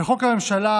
וחוק הממשלה,